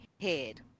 head